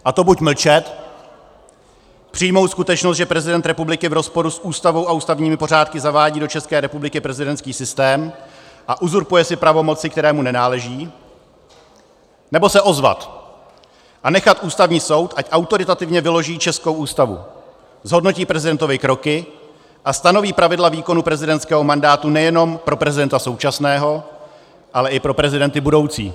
A to buď mlčet, přijmout skutečnost, že prezident republiky v rozporu s Ústavou a ústavními pořádky zavádí do České republiky prezidentský systém a uzurpuje si pravomoci, které mu nenáleží, nebo se ozvat a nechat Ústavní soud, ať autoritativně vyloží českou Ústavu, zhodnotí prezidentovy kroky a stanoví pravidla výkonu prezidentského mandátu nejenom pro prezidenta současného, ale i pro prezidenty budoucí.